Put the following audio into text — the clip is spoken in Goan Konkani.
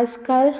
आज काल